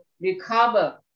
recover